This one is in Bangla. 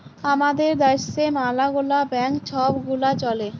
আমাদের দ্যাশে ম্যালা গুলা ব্যাংক ছব গুলা চ্যলে